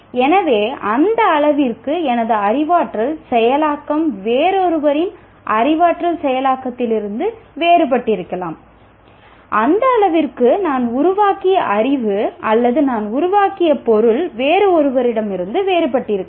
எனவே அந்த அளவிற்கு எனது அறிவாற்றல் செயலாக்கம் வேறொருவரின் அறிவாற்றல் செயலாக்கத்திலிருந்து வேறுபட்டிருக்கலாம் அந்த அளவிற்கு நான் உருவாக்கிய அறிவு அல்லது நான் உருவாக்கிய பொருள் வேறு ஒருவரிடமிருந்து வேறுபட்டிருக்கலாம்